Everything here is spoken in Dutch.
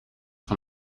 van